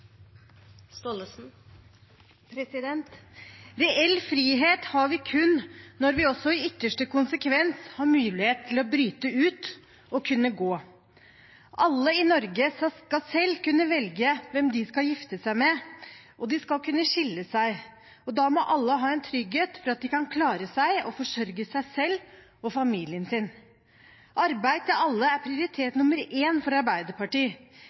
Reell frihet har vi kun når vi også i ytterste konsekvens har mulighet til å bryte ut og gå. Alle i Norge skal selv kunne velge hvem de skal gifte seg med, og de skal kunne skille seg. Da må alle ha trygghet for at de kan klare seg og forsørge seg selv og familien sin. Arbeid til alle er prioritet nr. én for Arbeiderpartiet.